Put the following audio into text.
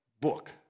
book